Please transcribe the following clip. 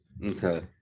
Okay